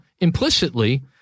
implicitly